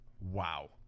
wow